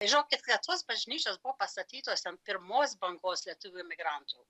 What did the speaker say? žinokit kad tos bažnyčios buvo pastatytos ant pirmos bangos lietuvių emigrantų